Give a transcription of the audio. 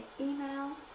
email